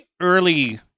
early